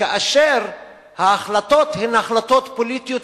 כאשר ההחלטות הן החלטות פוליטיות,